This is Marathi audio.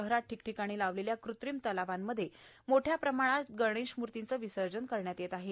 शहरात ठिकठिकाणी लावलेल्या कृत्रिम तलावांमध्ये मोठ्या प्रमाणात गणेश मूर्तीचे विसर्जन करण्यात येत आहे